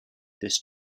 this